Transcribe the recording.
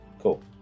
Cool